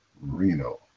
reno